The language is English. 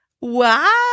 Wow